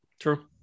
True